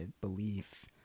belief